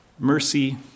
Mercy